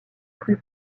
plus